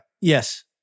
Yes